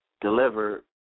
deliver